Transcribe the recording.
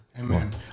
Amen